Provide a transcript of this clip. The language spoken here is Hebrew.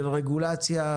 של רגולציה,